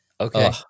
Okay